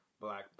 Black